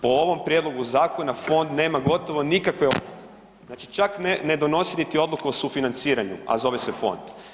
Po ovom prijedlogu zakona fond nema gotovo nikakve ovlasti, znači čak ne, ne donosi niti odluku o sufinanciranju, a zove se fond.